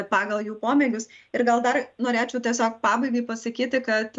pagal jų pomėgius ir gal dar norėčiau tiesiog pabaigai pasakyti kad